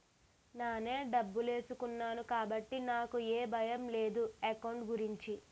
నానే డబ్బులేసుకున్నాను కాబట్టి నాకు ఏ భయం లేదు ఎకౌంట్ గురించి